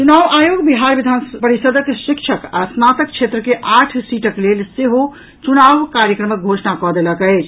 चुनाव आयोग बिहार विधान परिषदक शिक्षक आ स्नातक क्षेत्र के आठ सीटक लेल सेहो चुनाव कार्यक्रमक घोषणा कऽ देलक अछि